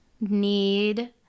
need